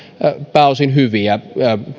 pääosin hyviä